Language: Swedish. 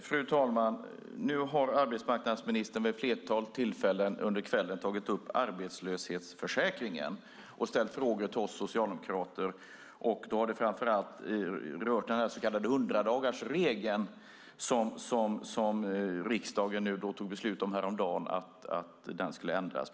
Fru talman! Nu har arbetsmarknadsministern vid ett flertal tillfällen under kvällen tagit upp arbetslöshetsförsäkringen och ställt frågor till oss socialdemokrater. Då har det framför allt rört den så kallade 100-dagarsregeln som riksdagen häromdagen fattade beslut om skulle ändras.